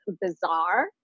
bizarre